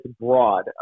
broad